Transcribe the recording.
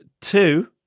two